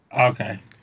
Okay